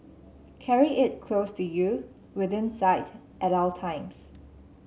carry it close to you within sight at all times